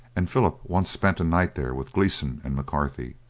and philip once spent a night there with gleeson and mccarthy.